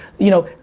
you know.